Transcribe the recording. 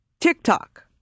TikTok